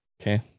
Okay